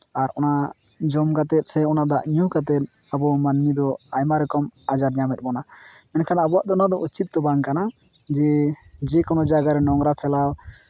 ᱟᱨ ᱚᱱᱟ ᱡᱚᱢ ᱠᱟᱛᱮᱫ ᱥᱮ ᱚᱱᱟ ᱫᱟᱜ ᱧᱩ ᱠᱟᱛᱮᱫ ᱟᱵᱚ ᱢᱟᱹᱱᱢᱤ ᱫᱚ ᱟᱭᱢᱟ ᱨᱚᱠᱚᱢ ᱟᱡᱟᱨ ᱧᱟᱢᱮᱜ ᱵᱚᱱᱟ ᱢᱮᱱᱠᱷᱟᱱ ᱟᱵᱚᱣᱟᱜ ᱫᱚ ᱱᱚᱣᱟᱫᱚ ᱩᱪᱤᱛ ᱫᱚ ᱵᱟᱝ ᱠᱟᱱᱟ ᱡᱮ ᱡᱮᱠᱳᱱᱳ ᱡᱟᱭᱜᱟᱨᱮ ᱱᱳᱝᱨᱟ ᱯᱷᱮᱞᱟᱣ